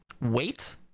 wait